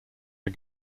are